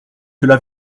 cela